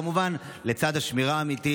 כמובן לצד השמירה האמיתית,